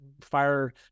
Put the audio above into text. fire